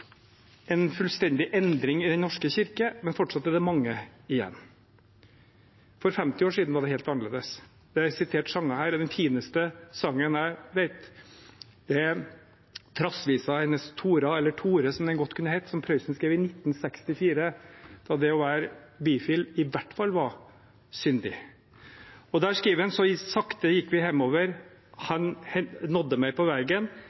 en fullstendig endring i Den norske kirke, men fortsatt er det mange igjen. For 50 år siden var det helt annerledes. Det er sitert sanger her, og den fineste sangen jeg vet, er «Trassvisa hennes Tora» – eller Tore, som det godt kunne hett – som Prøysen skrev i 1964, da det å være bifil i hvert fall var syndig. Der skriver han: «Så gikk je sakte hemover, hæin nådde meg på vegen.